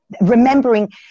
Remembering